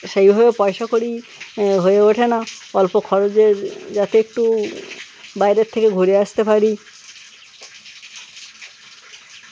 সেইভাবে পয়সা কড়ি হয়ে ওঠে না অল্প খরচের যাতে একটু বাইরের থেকে ঘুরে আসতে পারি